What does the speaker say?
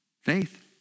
Faith